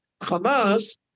Hamas